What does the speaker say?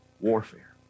warfare